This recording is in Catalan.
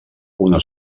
una